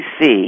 see